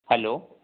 hello